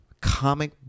comic